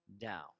down